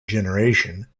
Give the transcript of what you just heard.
generation